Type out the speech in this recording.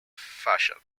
fashion